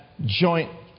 joint